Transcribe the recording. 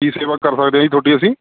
ਕੀ ਸੇਵਾ ਕਰ ਸਕਦੇ ਹਾਂ ਜੀ ਤੁਹਾਡੀ ਅਸੀਂ